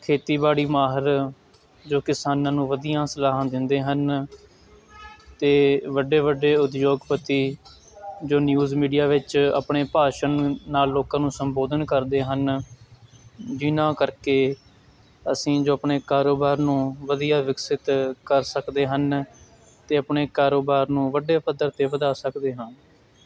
ਖੇਤੀਬਾੜੀ ਮਾਹਰ ਜੋ ਕਿਸਾਨਾਂ ਨੂੰ ਵਧੀਆਂ ਸਲਾਹਾਂ ਦਿੰਦੇ ਹਨ ਅਤੇ ਵੱਡੇ ਵੱਡੇ ਉਦਯੋਗਪਤੀ ਜੋ ਨਿਊਜ਼ ਮੀਡੀਆ ਵਿੱਚ ਆਪਣੇ ਭਾਸ਼ਣ ਨਾਲ ਲੋਕਾਂ ਨੂੰ ਸੰਬੋਧਨ ਕਰਦੇ ਹਨ ਜਿਹਨਾਂ ਕਰਕੇ ਅਸੀਂ ਜੋ ਆਪਣੇ ਕਾਰੋਬਾਰ ਨੂੰ ਵਧੀਆ ਵਿਕਸਿਤ ਕਰ ਸਕਦੇ ਹਨ ਅਤੇ ਆਪਣੇ ਕਾਰੋਬਾਰ ਨੂੰ ਵੱਡੇ ਪੱਧਰ 'ਤੇ ਵਧਾ ਸਕਦੇ ਹਾਂ